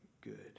good